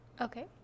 Okay